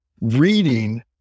reading